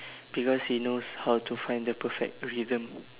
because he knows how to find the perfect rhythm